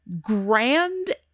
grand